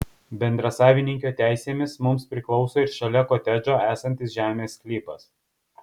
bendrasavininkio teisėmis mums priklauso ir šalia kotedžo esantis žemės sklypas